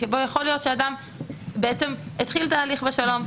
שבו יכול להיות שאדם אחד התחיל תהליך בשלום,